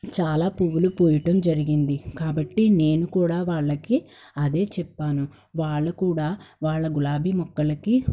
చాలా పువ్వులు పూయటం జరిగింది కాబట్టి నేను కూడా వాళ్ళకి అదే చెప్పాను వాళ్ళు కూడా వాళ్ళ గులాబీ మొక్కలకి